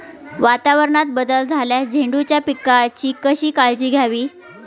वातावरणात बदल झाल्यास झेंडूच्या पिकाची कशी काळजी घ्यावी?